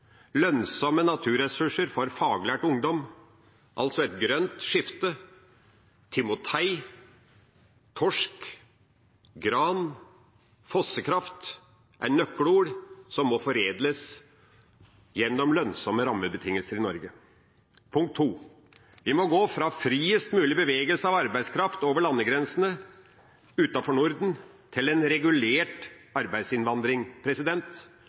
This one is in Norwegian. naturressurser, lønnsomme naturresurser for faglært ungdom, altså et grønt skifte. Timotei, torsk, gran og fossekraft er nøkkelord for ressurser som må foredles gjennom lønnsomme rammebetingelser i Norge. For det andre må vi gå fra friest mulig bevegelse av arbeidskraft over landegrensene utenfor Norden til en regulert arbeidsinnvandring.